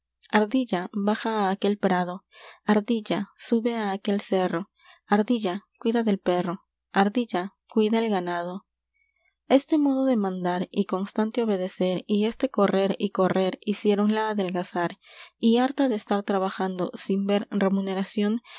a baja á aquel prado a r d i l l a sube á aquel cerro a r d i l l a cuida del perro a r d i l l a cuida el ganado este modo de mandar y constante obedecer y este correr y correr hiciéronla adelgazar y harta de estar trabajando sin ver remuneración